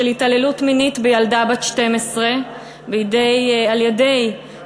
של התעללות מינית בילדה בת 12 על-ידי כמה